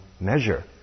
measure